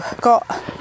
got